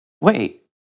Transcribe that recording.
Wait